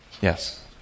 Yes